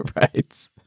right